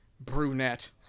brunette